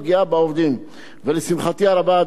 אני מודה לך על כך שעמדת בדיבורך,